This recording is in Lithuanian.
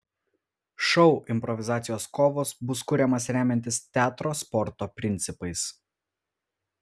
šou improvizacijos kovos bus kuriamas remiantis teatro sporto principais